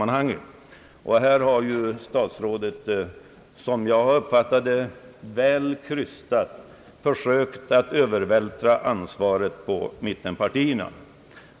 Här har statsrådet, såsom jag uppfattade det, väl krystat försökt att övervältra ansvaret på mittenpartierna.